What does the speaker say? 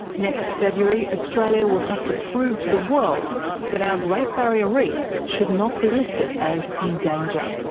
next february, australia will have to prove to the world that our great barrier reef should not be listed as in danger.